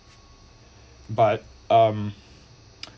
but um